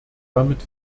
damit